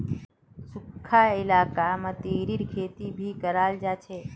सुखखा इलाकात मतीरीर खेती भी कराल जा छे